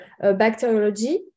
bacteriology